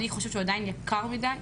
אבל אני חושבת שזה עדיין יקר מדי.